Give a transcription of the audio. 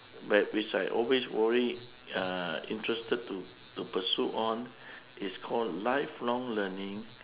but it's like always worry uh interested to to pursue on it's called lifelong-learning